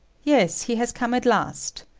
yes, he has come at last.